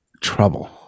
Trouble